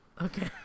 Okay